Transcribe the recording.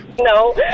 No